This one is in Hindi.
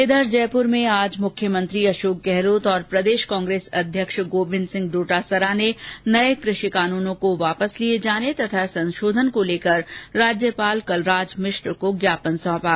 इधर जयपुर में आज मुख्यमंत्री अशोक गहलोत और प्रदेश कांग्रेस अध्यक्ष गोविन्द सिंह डोटासरा ने नए कृषि कानूनों को वापस लिये जाने तथा संशोधन को लेकर राज्यपाल कलराज मिश्र को ज्ञापन सौंपा